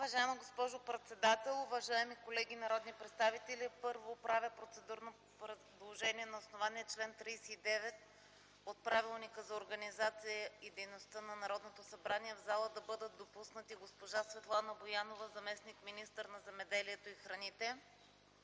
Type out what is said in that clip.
Уважаема госпожо председател, уважаеми колеги народни представители! Първо, правя процедурно предложение на основание чл. 39 от Правилника за организацията и дейността на Народното събрание в залата да бъдат допуснати: госпожа Светлана Боянова - заместник-министър на земеделието и храните,